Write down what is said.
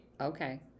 Okay